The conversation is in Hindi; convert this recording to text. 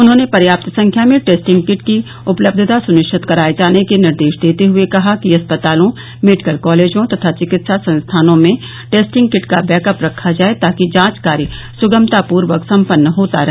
उन्होने पर्याप्त संख्या में टेस्टिंग किट की उपलब्धता सुनिश्चित कराये जाने के निर्देश देते हये कहा कि अस्पतालों मेडिकल कॉलेजों तथा चिकित्सा संस्थानों में टेस्टिंग किट का बैकअप रखा जाए ताकि जांच कार्य सुगमतापूर्वक सम्पन्न होता रहे